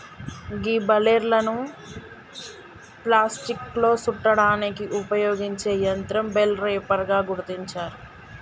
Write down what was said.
గీ బలేర్లను ప్లాస్టిక్లో సుట్టడానికి ఉపయోగించే యంత్రం బెల్ రేపర్ గా గుర్తించారు